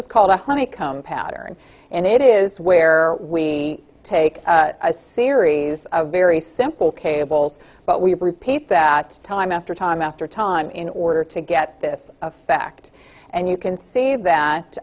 is called a honeycomb pattern and it is where we take a series of very simple cables but we repeat that time after time after time in order to get this effect and you can see